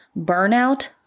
burnout